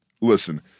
listen